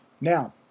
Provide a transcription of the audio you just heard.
Now